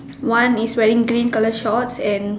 one is wearing green colour shorts and